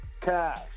cash